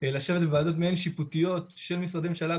לשבת בוועדות שיפוטיות של משרדי ממשלה,